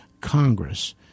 Congress